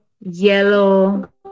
yellow